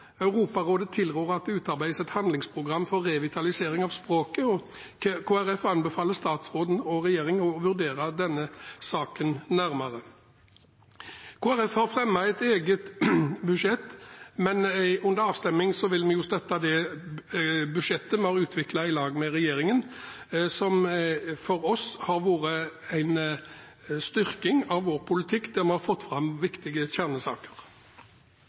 Europarådet tilrår at det utarbeides et handlingsprogram for revitalisering av språket, og Kristelig Folkeparti anbefaler statsråden og regjeringen å vurdere denne saken nærmere. Kristelig Folkeparti har fremmet et eget budsjett, men under avstemningen vil vi støtte det budsjettet vi har utviklet i lag med regjeringen, som for oss har vært en styrking av vår politikk, der vi har fått fram viktige kjernesaker.